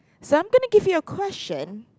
so I'm gonna give you a question